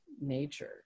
nature